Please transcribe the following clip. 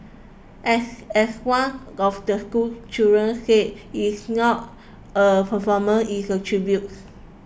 as as one of the schoolchildren said it is not a performance it's a tribute